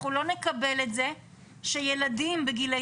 אנחנו לא נקבל את זה שילדים בגילאים